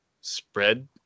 spread